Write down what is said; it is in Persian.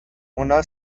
اونا